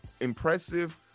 impressive